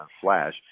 flash